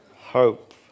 Hope